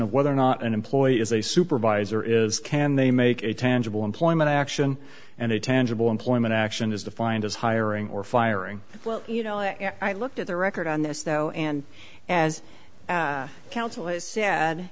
of whether or not an employee is a supervisor is can they make a tangible employment action and a tangible employment action is defined as hiring or firing well you know and i looked at the record on this though and as counsel is sad